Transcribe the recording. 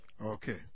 Okay